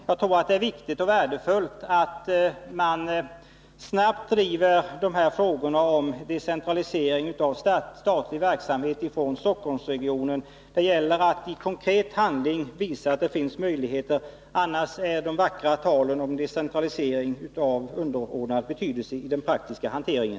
Jag tror det är viktigt och värdefullt att man snabbt prövar de här frågorna om decentralisering av statlig verksamhet från Stockholmsregionen. Det gäller att i konkret handling visa att det finns möjligheter, annars är det vackra talet om decentralisering av underordnad betydelse i den praktiska hanteringen.